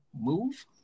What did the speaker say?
move